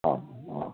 ഓ ഓ